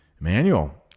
emmanuel